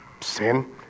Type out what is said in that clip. sin